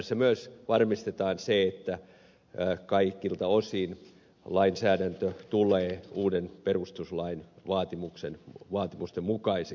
tässä myös varmistetaan se että kaikilta osin lainsäädäntö tulee uuden perustuslain vaatimusten mukaisiksi